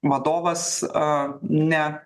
vadovas a ne